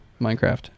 minecraft